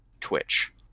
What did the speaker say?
Twitch